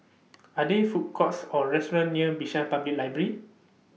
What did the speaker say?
Are There Food Courts Or restaurants near Bishan Public Library